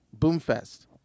Boomfest